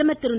பிரதமர் திரு